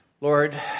Lord